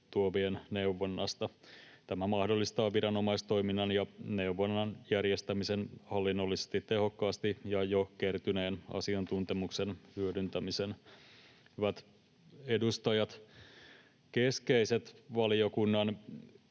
tuovien neuvonnasta. Tämä mahdollistaa viranomaistoiminnan ja neuvonnan järjestämisen hallinnollisesti tehokkaasti ja jo kertyneen asiantuntemuksen hyödyntämisen. Hyvät edustajat! Keskeiset valiokunnan